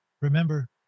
Remember